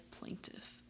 plaintiff